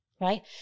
right